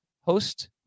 host